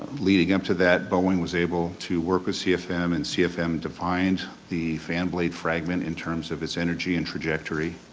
leading up to that, boeing was able to work with cfm, and cfm defined the fan blade fragment in terms of its energy and trajectory.